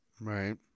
Right